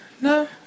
No